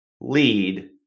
lead